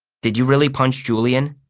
did u really punch julian?